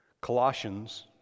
Colossians